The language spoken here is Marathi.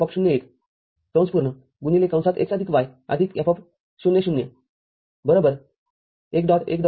x y F० ० १